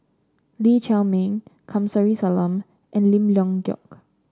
Lee Chiaw Meng Kamsari Salam and Lim Leong Geok